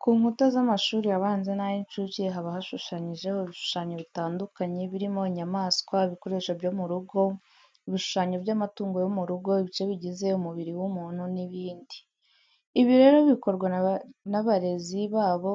Ku nkuta z'amashuri abanza n'ay'incuke haba hashushanyijeho ibishushanyo bitandukanye birimo inyamaswa, ibikoresho byo mu rugo, ibishushanyo by'amatungo yo mu rugo, ibice bigize umubiri w'umuntu n'ibindi. Ibi rero bikorwa n'abarezi b'abo